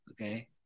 Okay